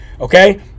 okay